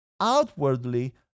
Outwardly